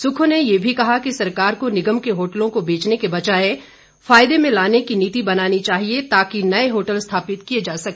सुक्खू ने ये भी कहा कि सरकार को निगम के होटलों को बेचने के बजाए फायदे में लाने की नीति बनानी चाहिए ताकि नए होटल स्थापित किए जा सके